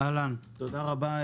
תודה רבה,